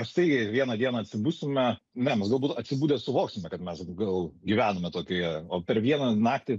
štai vieną dieną atsibusime ne mes galbūt atsibudę suvoksime kad mes gal gyvename tokioje o per vieną naktį